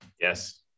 Yes